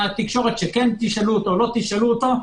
לתקשורת, שכן תשאלו אותו או לא תשאלו אותו.